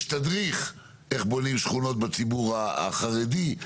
יש תדריך איך בונים שכונות בציבור החרדי.